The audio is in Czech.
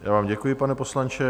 Já vám děkuji, pane poslanče.